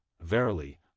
Verily